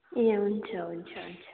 ए हुन्छ हुन्छ हुन्छ